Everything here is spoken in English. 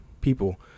people